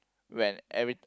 when every